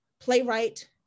playwright